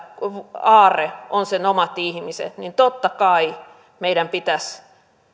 aarre on sen omat ihmiset niin totta kai meidän pitäisi